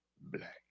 black